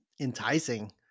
enticing